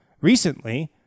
recently